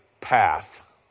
path